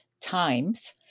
times